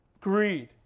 greed